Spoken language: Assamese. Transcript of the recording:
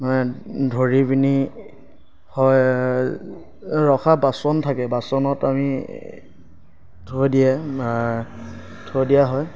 মানে ধৰি পেনি হয় ৰখা বাচন থাকে বাচনত আমি থৈ দিয়ে থৈ দিয়া হয়